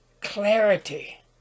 clarity